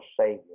Savior